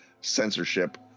censorship